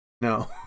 No